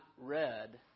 read